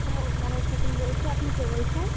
হ্যাঁ আমি খাতুন বলছি আপনি কে বলছেন